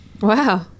Wow